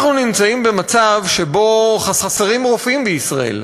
אנחנו נמצאים במצב שבו חסרים רופאים בישראל.